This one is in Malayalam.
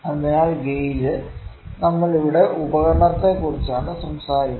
അതിനാൽ ഗേജ് നമ്മൾ ഇവിടെ ഉപകരണത്തെക്കുറിച്ചാണ് സംസാരിക്കുന്നത്